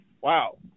wow